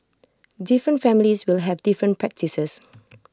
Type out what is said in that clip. different families will have different practices